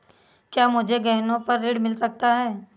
क्या मुझे गहनों पर ऋण मिल सकता है?